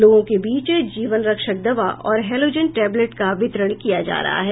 लोगों के बीच जीवन रक्षक दवा और हैलोजन टेबलेट का वितरण किया जा रहा है